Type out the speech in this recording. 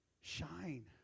Shine